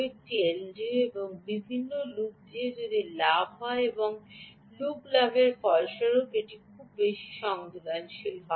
একটি এলডিও এবং কীভাবে যদি লুপ লাভ বেশি হয় এবং লুপ লাভের ফলস্বরূপ এটি খুব বেশি সংবেদনশীল হয়